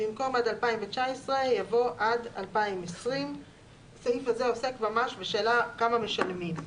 במקום "עד 2019" יבוא "עד 2020"; הסעיף הזה עוסק ממש בשאלה כמה משלמים.